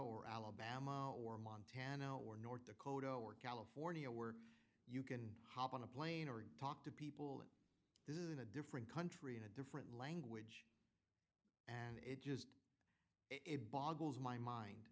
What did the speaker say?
or alabama or montana or north dakota or california we're can hop on a plane or talk to people different country in a different language and it just it boggles my mind